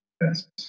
Yes